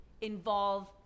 involve